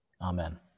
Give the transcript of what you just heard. Amen